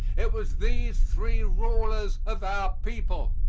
it was these three rulers of our people.